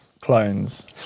Clones